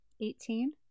Eighteen